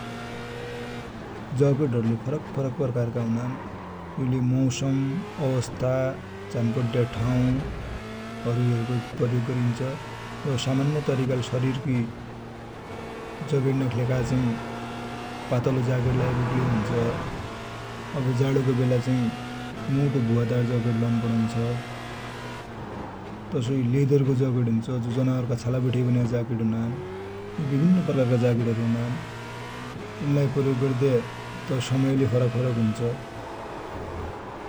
जकेटहरु ले फरक फरक प्रकार का हुनान। यो ले मौसम, अवस्था, झानु पर्ने ठाउहरु हेरबटी प्रयोग गरिन्छ। जसो सामान्य तरिकाले शरिर को जगेर्ना कि लेखा चाइ पातलो जाकेट लाइबटी ले हुन्छ। अब जाडो को बेला चाइ मोटो भुवादार जाकेट लौनुपरन्छ। तसोइ लेदर को जाकेट हुन्छ, जो जनावर का छाला बठे बनेका जाकेट हुनान। यि बिभिन्न प्रकारका जाकेट हरु हुनान। यिनिलाइ प्रयोग गर्ने समय ले फरक फरक हुन्छ।